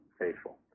faithful